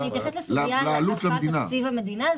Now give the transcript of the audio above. אני אתייחס אחר כך לסוגיה על השפעת תקציב המדינה.